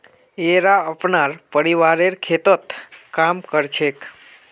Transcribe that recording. येरा अपनार परिवारेर खेततत् काम कर छेक